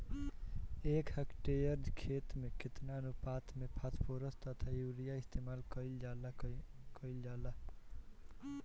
एक हेक्टयर खेत में केतना अनुपात में फासफोरस तथा यूरीया इस्तेमाल कईल जाला कईल जाला?